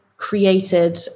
created